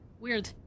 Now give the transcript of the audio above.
Weird